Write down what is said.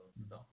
mm